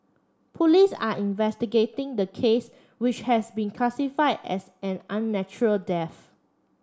police are investigating the case which has been classified as an unnatural death